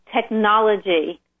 technology